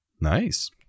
Nice